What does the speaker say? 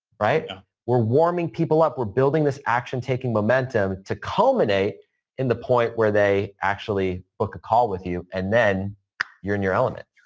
we're warming people up. we're building this action taking momentum to culminate in the point where they actually book a call with you and then you're in your element.